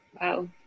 Wow